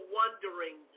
wondering